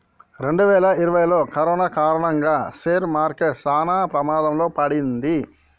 రెండువేల ఇరవైలో కరోనా కారణంగా షేర్ మార్కెట్ చానా ప్రమాదంలో పడింది